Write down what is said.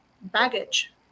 baggage